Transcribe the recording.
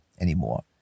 anymore